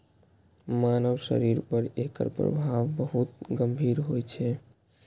मानव शरीर पर एकर प्रभाव बहुत गंभीर होइ छै